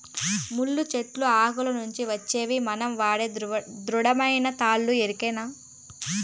ముళ్ళ చెట్లు ఆకుల నుంచి వచ్చేవే మనం వాడే దృఢమైన తాళ్ళు ఎరికనా